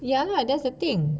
ya lah that's the thing